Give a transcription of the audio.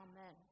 Amen